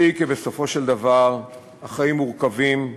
דעי כי בסופו של דבר החיים מורכבים,